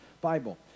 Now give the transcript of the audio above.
Bible